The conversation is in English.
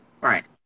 Right